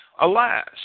Alas